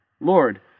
Lord